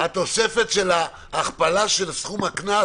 אגב התוספת של הכפלת סכום הקנס